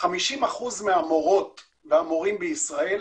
50% מהמורות והמורים בישראל,